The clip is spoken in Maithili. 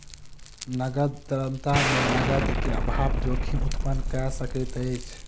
नकद तरलता मे नकद के अभाव जोखिम उत्पन्न कय सकैत अछि